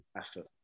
effort